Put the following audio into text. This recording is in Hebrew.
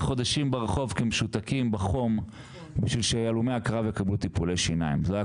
ישראל פה אחד ב-9 במאי 2021 והיא מהווה